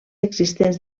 existents